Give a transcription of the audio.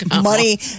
Money